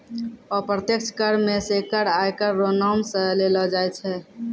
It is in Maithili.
अप्रत्यक्ष कर मे कर आयकर रो नाम सं लेलो जाय छै